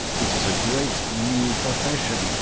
it is a great new profession.